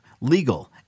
legal